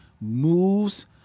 moves